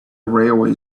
railway